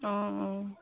অঁ অঁ